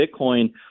bitcoin